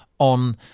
on